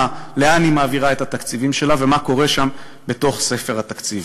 לאן היא מעבירה את התקציבים שלה ומה קורה שם בתוך ספר התקציב.